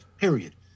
period